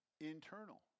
internal